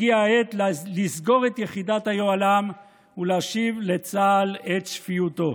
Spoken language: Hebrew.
הגיעה העת לסגור את יחידת היוהל"ם ולהשיב לצה"ל את שפיותו.